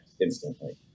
instantly